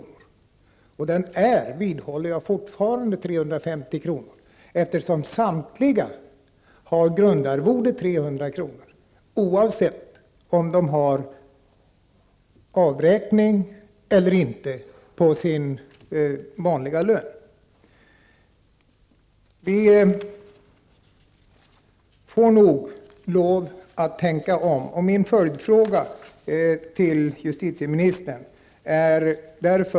Jag vidhåller fortfarande att ersättningen är 350 kr., eftersom samtliga har grundarvodet 300 kr., oavsett om de har avräkning eller ej på sin vanliga lön. Vi får nog lov att tänka om.